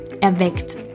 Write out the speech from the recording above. erweckt